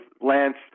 Lance